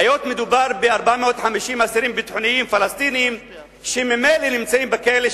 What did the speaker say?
היות שמדובר ב-450 אסירים ביטחוניים פלסטינים שממילא נמצאים בכלא,